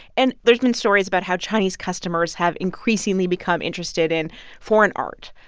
and there's been stories about how chinese customers have increasingly become interested in foreign art,